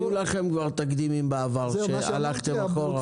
כבר היו לכם תקדימים בעבר שהלכתם אחורה.